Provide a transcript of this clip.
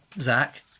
zach